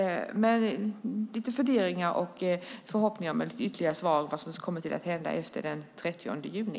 Jag har förhoppningar om att få höra funderingar och ytterligare svar om vad som ska hända efter den 30 juni.